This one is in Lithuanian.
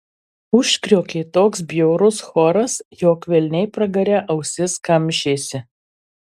užkriokė toks bjaurus choras jog velniai pragare ausis kamšėsi